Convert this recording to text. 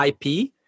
IP